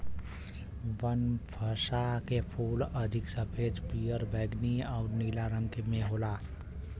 बनफशा के फूल अधिक सफ़ेद, पियर, बैगनी आउर नीला रंग में होला